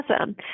awesome